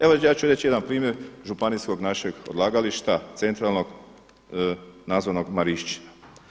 Evo ja ću reći jedan primjer županijskog našeg odlagališta centralnog nazvanog Marišćina.